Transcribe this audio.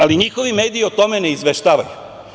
Ali njihovi mediji o tome ne izveštavaju.